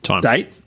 date